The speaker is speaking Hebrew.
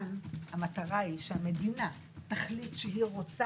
כמובן שהמטרה היא שהמדינה תחליט שהיא רוצה